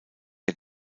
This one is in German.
der